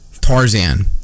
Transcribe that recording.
Tarzan